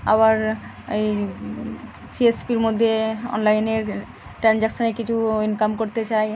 আবার এই C S পির মধ্যে অনলাইনের ট্রানজাকশনে কিছু ইনকাম করতে চায়